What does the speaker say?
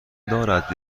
دارد